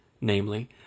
namely